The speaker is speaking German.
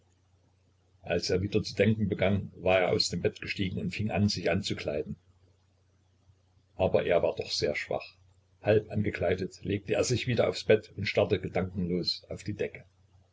als er wieder zu denken begann war er aus dem bett gestiegen und fing sich an anzukleiden aber er war doch sehr schwach halbangekleidet legte er sich wieder aufs bett und starrte gedankenlos auf die decke